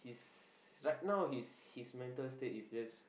his right now his his mental state is just